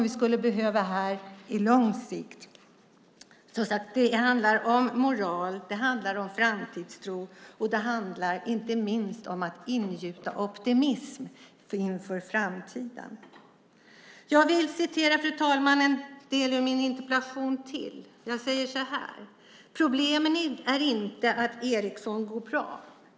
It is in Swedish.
Vi skulle behöva ha dem här på lång sikt. Det handlar om moral, framtidstro och inte minst om att ingjuta optimism inför framtiden. Fru talman! Jag vill gärna citera ytterligare ur min interpellation: "Problemet är inte att Ericsson går bra.